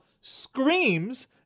screams